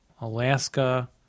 Alaska